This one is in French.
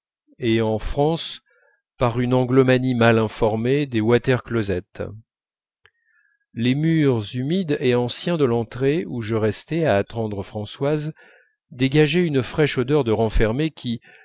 et en france par une anglomanie mal informée des water closets les murs humides et anciens de l'entrée où je restai à attendre françoise dégageaient une fraîche odeur de renfermé qui